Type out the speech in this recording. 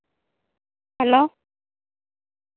hello